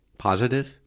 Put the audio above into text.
Positive